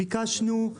ביקשנו,